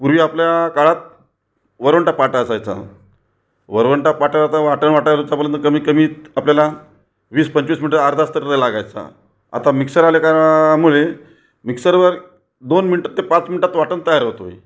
पूर्वी आपल्या काळात वरवंटा पाटा असायचा वरवंटा पाटा आता वाटण वाटायला आतापर्यंत कमीत कमीत आपल्याला वीस पंचवीस मिनटं अर्धा तास तरी लागायचा आता मिक्सर आल्याकारणा मुळे मिक्सरवर दोन मिनिटात ते पाच मिनिटात वाटण तयार होतोय